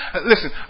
listen